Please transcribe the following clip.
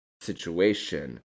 situation